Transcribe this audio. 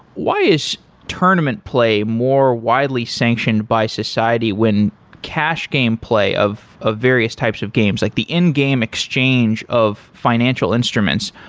why is tournament play more widely sanctioned by society when cash gameplay of ah various types of games, like the in-game exchange of financial instruments.